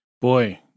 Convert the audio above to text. Boy